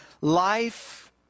life